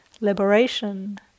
liberation